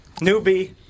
newbie